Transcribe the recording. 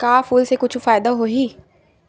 का फूल से कुछु फ़ायदा होही?